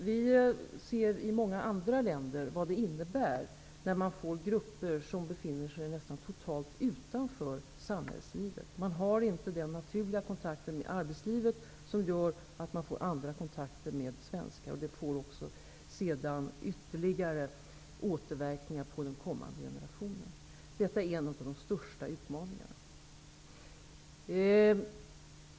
Vi ser i många andra länder vad det innebär när man får grupper som befinner sig nästan totalt utanför samhällslivet. Man har inte den naturliga kontakt med arbetslivet som gör att man får kontakt med svenskar. Det får ytterligare återverkningar på den kommande generationen. Detta är en av de största utmaningarna.